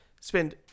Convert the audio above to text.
spend